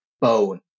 bone